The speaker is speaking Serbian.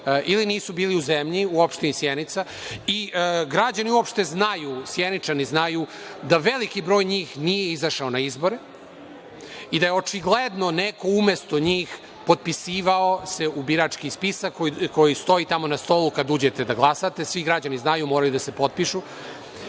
ili nisu bili u zemlji u opštini Sjenica i građani uopšte znaju, Sjeničani znaju da veliki broj njih nije izašao na izbore i da se očigledno neko umesto njih potpisivao u birački spisak koji stoji tamo na stolu kada uđete da glasate. Svi građani znaju, moraju da se potpišu,